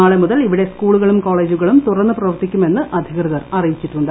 നാളെ മുതൽ ഇവിടെ സ്കൂളുകളും കോളേജുകളും തുറന്ന് പ്രവർത്തിക്കുമെന്ന് അധികൃതർ അറിയിച്ചിട്ടുണ്ട്